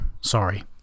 sorry